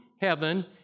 heaven